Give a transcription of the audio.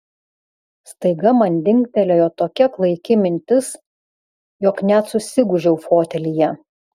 staiga man dingtelėjo tokia klaiki mintis jog net susigūžiau fotelyje